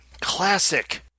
classic